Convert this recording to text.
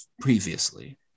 previously